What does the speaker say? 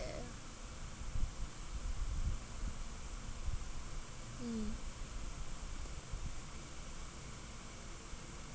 mm